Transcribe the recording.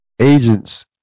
Agents